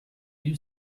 you